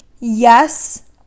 yes